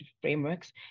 frameworks